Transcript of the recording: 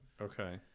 Okay